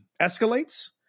escalates